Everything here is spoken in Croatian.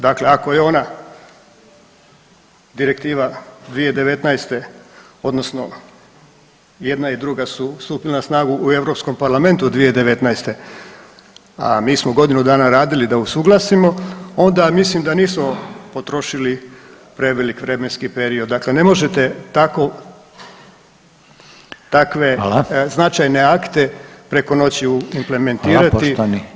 Dakle, ako je ona direktiva 2019. odnosno jedna i druga su stupile na snagu u EU parlamentu 2019., a mi smo godinu dana radili da usuglasimo, onda mislim da nismo potrošili prevelik vremenski period, dakle ne možete tako, takve [[Upadica: Hvala.]] značajne akte preko noći implementirati